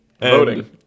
Voting